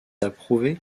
approuvée